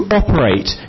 operate